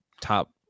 top